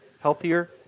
healthier